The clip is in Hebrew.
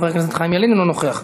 חבר הכנסת חיים ילין, אינו נוכח.